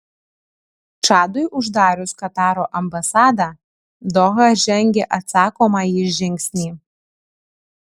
čadui uždarius kataro ambasadą doha žengė atsakomąjį žingsnį